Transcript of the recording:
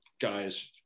guys